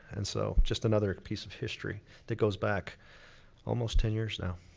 and so just another piece of history that goes back almost ten years now.